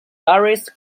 darius